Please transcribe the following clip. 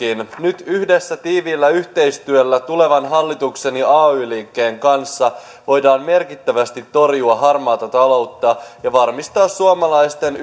nyt yhdessä tiiviillä yhteistyöllä tulevan hallituksen ja ay liikkeen kanssa voidaan merkittävästi torjua harmaata taloutta ja varmistaa suomalaisten